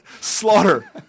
slaughter